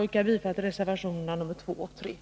Jag yrkar bifall till reservationerna nr 2 och 3.